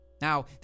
Now